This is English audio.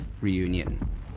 reunion